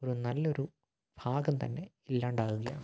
ഒരു നല്ലൊരു ഭാഗം തന്നെ ഇല്ലാണ്ടാകുകയാണ്